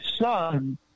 son